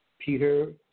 Peter